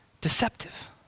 deceptive